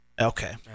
Okay